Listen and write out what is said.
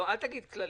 אל תגיד כללית: